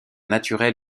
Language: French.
naturel